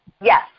Yes